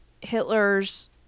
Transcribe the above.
Hitler's